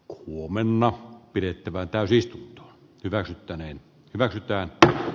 kuumenna kirittävää tai siis hyväksyttäneen väki päättää